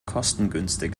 kostengünstig